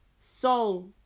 soul